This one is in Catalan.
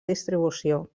distribució